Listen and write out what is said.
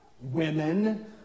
Women